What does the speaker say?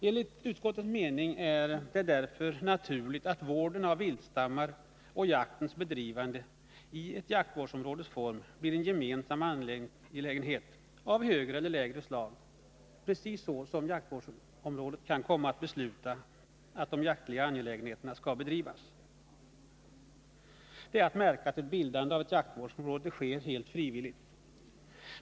Enligt utskottets mening är det därför naturligt att vården av viltstammar, och jaktens bedrivande, i ett jaktsvårdsområde blir en gemensam angelägenhet av högre eller mindre grad, precis så som jaktvårdsområdet kan komma att besluta att de jaktliga angelägenheterna skall bedrivas. Det är att märka att bildande av ett jaktvårdsområde sker helt frivilligt.